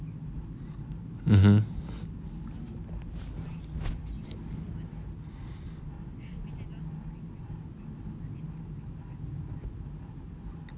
mmhmm